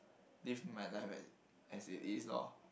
live my life as as it is lor